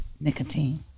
nicotine